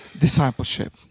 discipleship